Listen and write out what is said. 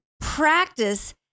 practice